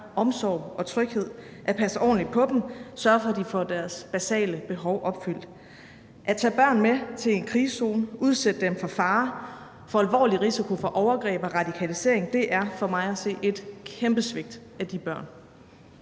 omsorg og tryghed, at passe ordentligt på dem og sørge for, at de får deres basale behov opfyldt. At tage børn med til en krigszone og udsætte dem for fare og for alvorlig risiko for overgreb og radikalisering er for mig at se et kæmpe svigt af de børn.